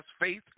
faith